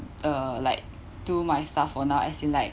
uh like do my stuff for now as in like